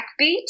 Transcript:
Backbeat